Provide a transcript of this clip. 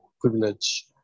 privilege